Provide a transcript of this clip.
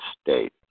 state